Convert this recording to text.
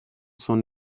son